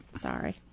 Sorry